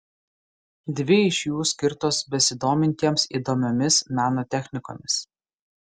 dvi iš jų skirtos besidomintiems įdomiomis meno technikomis